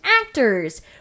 actors